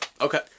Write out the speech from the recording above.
Okay